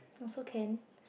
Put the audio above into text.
also can